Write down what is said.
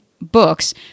books